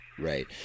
Right